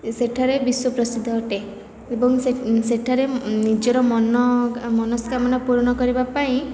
ସେଠାରେ ବିଶ୍ୱ ପ୍ରସିଦ୍ଧ ଅଟେ ଏବଂ ସେଠାରେ ନିଜର ମନ ମନସ୍କାମନା ପୂରଣ କରିବାପାଇଁ